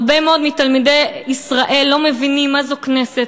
הרבה מאוד מתלמידי ישראל לא מבינים מה זו כנסת,